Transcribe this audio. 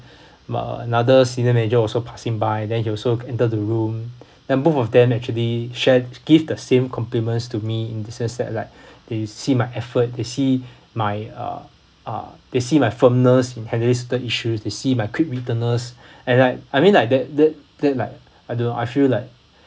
uh another senior manager also passing by then he also enter the room then both of them actually shared give the same compliments to me and said said like they see my effort they see my uh uh they see my firmness in handling certain issues they see my quick wittiness and like I mean like that that that like I don't know I feel like